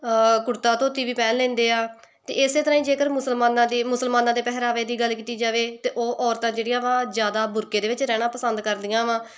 ਕੁੜਤਾ ਧੋਤੀ ਵੀ ਪਹਿਨ ਲੈਂਦੇ ਆ ਅਤੇ ਇਸ ਤਰ੍ਹਾਂ ਹੀ ਜੇਕਰ ਮੁਸਲਮਾਨਾਂ ਦੇ ਮੁਸਲਮਾਨਾਂ ਦੇ ਪਹਿਰਾਵੇ ਦੀ ਗੱਲ ਕੀਤੀ ਜਾਵੇ ਅਤੇ ਉਹ ਔਰਤਾਂ ਜਿਹੜੀਆਂ ਵਾ ਜ਼ਿਆਦਾ ਬੁਰਕੇ ਦੇ ਵਿੱਚ ਰਹਿਣਾ ਪਸੰਦ ਕਰਦੀਆਂ ਵਾਂ